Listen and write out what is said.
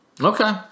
Okay